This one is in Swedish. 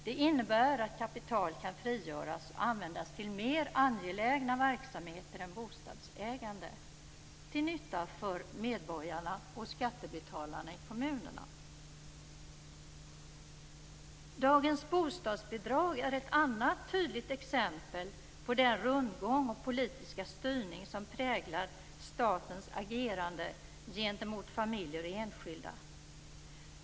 Det innebär att kapital kan frigöras och användas till mer angelägna verksamheter än bostadsägande, till nytta för medborgarna och skattebetalarna i kommunerna. Dagens bostadsbidrag är ett annat tydligt exempel på den rundgång och politiska styrning som präglar statens agerande gentemot familjer och enskilda.